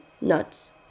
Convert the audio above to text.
nuts